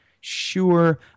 Sure